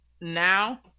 now